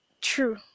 true